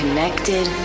Connected